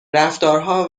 رفتارها